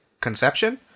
Conception